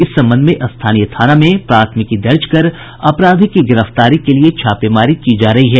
इस संबंध में स्थानीय थाना में प्राथमिकी दर्ज कर अपराधी की गिरफ्तारी के लिए छापेमारी की जा रही है